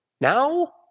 Now